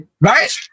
Right